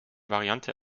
variante